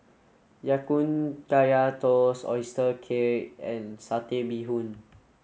Ya Kun Kaya Toast Oyster Cake and Satay Bee Hoon